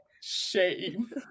Shame